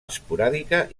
esporàdica